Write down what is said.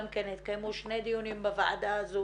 גם כן התקיימו שני דיונים בוועדה הזו